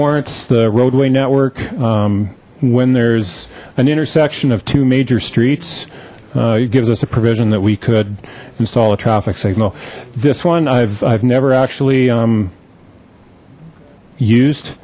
warrants the roadway network when there's an intersection of two major streets it gives us a provision that we could install a traffic signal this one i've never actually u